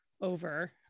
over